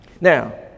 Now